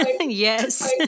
yes